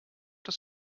das